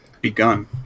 begun